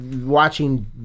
watching